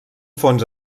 fons